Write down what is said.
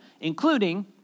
including